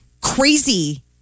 crazy